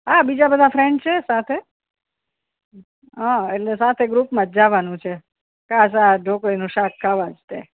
હા બીજા બધા ફ્રેન્ડસ છે સાથે હા એટલે સાથે ગ્રુપમાં જ જવાનું છે ખાસ આ ઢોકળીનું શાક ખાવા જ તે